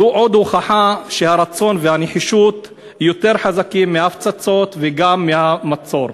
זו עוד הוכחה שהרצון והנחישות יותר חזקים מההפצצות וגם מהמצור.